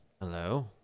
Hello